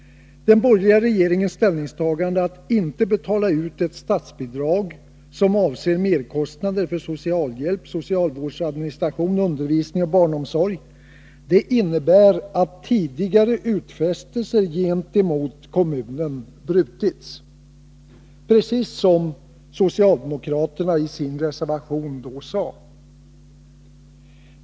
Den borgerliga regeringens ställningstagande — att inte betala ut ett statsbidrag som avser merkostnader för socialhjälp, socialvårdsadministration, undervisning och barnomsorg — innebär att tidigare utfästelser gentemot kommunen har frångåtts, precis som socialdemokraterna i en reservation då sade.